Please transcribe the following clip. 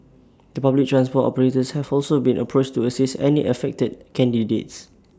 the public transport operators have also been approached to assist any affected candidates